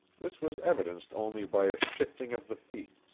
this was evidenced only by a shifting of the feet,